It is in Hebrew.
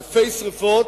אלפי שרפות,